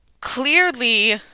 clearly